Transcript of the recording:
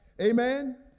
Amen